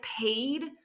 paid